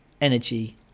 energy